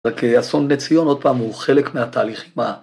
רק אסון בני ציון, עוד פעם, הוא חלק מהתהליכים.